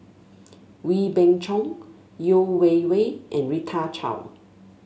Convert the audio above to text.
Wee Beng Chong Yeo Wei Wei and Rita Chao